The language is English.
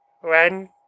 one